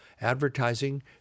advertising